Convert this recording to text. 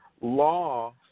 law